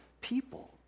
people